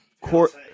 court